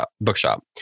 bookshop